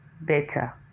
better